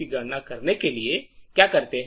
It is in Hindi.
की गणना करने के लिए क्या करते हैं